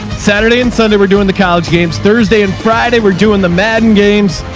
saturday and sunday, we're doing the college games thursday and friday. we're doing the madden games,